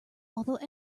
although